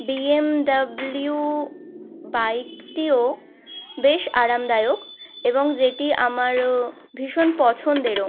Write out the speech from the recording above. BMW বাইকটিও বেশ আরামদায়ক এবং যেটি আমারও ভীষণ পছন্দেরও